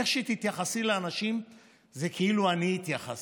איך שתתייחסי לאנשים זה כאילו אני התייחסתי.